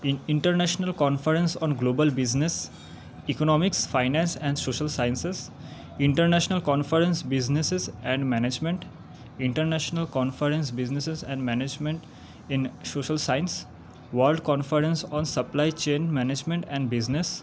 international conference on global business economics finance and social sciences international conference businesses and management international conference businesses and management in social science world conference on supply chain management and business